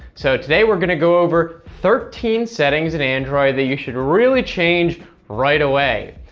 so today we're going to go over thirteen settings in android that you should really change right away.